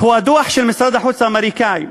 הוא הדוח של משרד החוץ האמריקני.